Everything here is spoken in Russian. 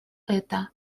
это